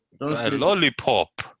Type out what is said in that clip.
lollipop